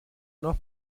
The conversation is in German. noch